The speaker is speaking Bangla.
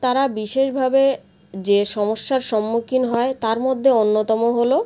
তারা বিশেষভাবে যে সমস্যার সম্মুখীন হয় তার মধ্যে অন্যতম হলো